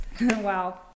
wow